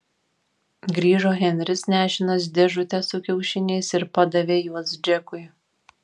grįžo henris nešinas dėžute su kiaušiniais ir padavė juos džekui